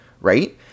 right